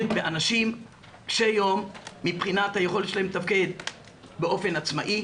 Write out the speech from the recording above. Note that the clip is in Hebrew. באנשים קשי יום מבחינת היכולת שלהם לתפקד באופן עצמאי,